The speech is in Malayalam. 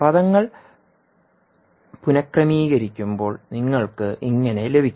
പദങ്ങൾ പുനക്രമീകരിക്കുമ്പോൾ നിങ്ങൾക്ക് ഇങ്ങനെ ലഭിക്കും